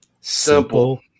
Simple